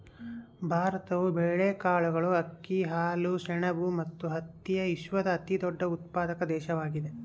ಭಾರತವು ಬೇಳೆಕಾಳುಗಳು, ಅಕ್ಕಿ, ಹಾಲು, ಸೆಣಬು ಮತ್ತು ಹತ್ತಿಯ ವಿಶ್ವದ ಅತಿದೊಡ್ಡ ಉತ್ಪಾದಕ ದೇಶವಾಗಿದೆ